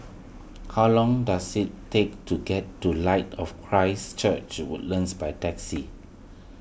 how long does it take to get to Light of Christ Church Woodlands by taxi